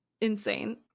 insane